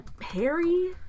Harry